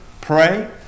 pray